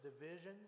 divisions